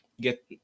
get